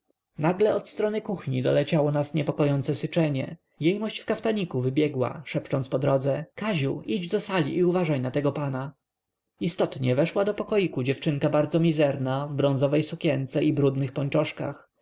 nagle od strony kuchni doleciało nas niepokojące syczenie jejmość w kaftaniku wybiegła szepcząc po drodze kaziu idź do sali i uważaj na tego pana istotnie weszła do pokoju dziewczynka bardzo mizerna w bronzowej sukience i brudnych